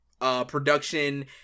production